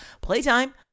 playtime